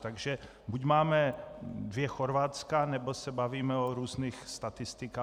Takže buď máme dvě Chorvatska, nebo se bavíme o různých statistikách.